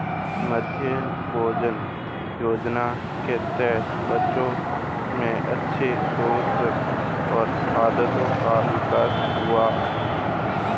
मध्याह्न भोजन योजना के तहत बच्चों में अच्छी सोच और आदतों का विकास हुआ